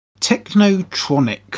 Technotronic